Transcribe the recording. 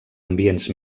ambients